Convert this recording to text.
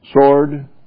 sword